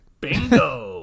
Bingo